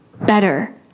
better